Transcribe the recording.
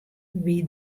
wie